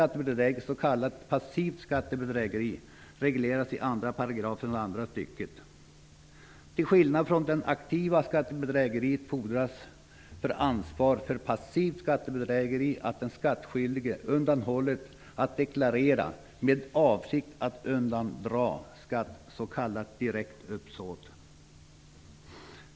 Till skillnad från det aktiva skattebedrägeriet fordras för ansvar för passivt skattebedrägeri att den skattskyldige underlåtit att deklarera med avsikt att undandra skatt, s.k. direkt uppsåt.